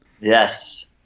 Yes